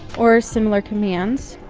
or similar commands.